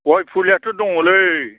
गय फुलिआथ' दङलै